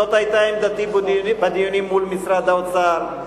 זאת היתה עמדתי בדיונים מול משרד האוצר,